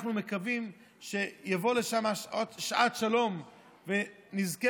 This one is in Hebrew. אנחנו מקווים שתבוא לשם שעת שלום ונזכה